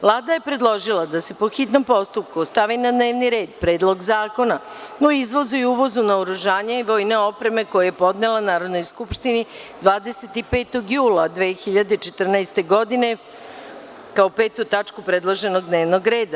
Vlada je predložila da se, po hitnom postupku, stavi na dnevni red Predlog zakona o izvozu i uvozu naoružanja i vojne opreme, koji je podnela Narodnoj skupštini 25. jula 2014. godine (5. tačka predloženog dnevnog reda)